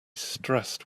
stressed